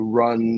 run